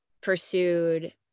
pursued